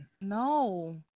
no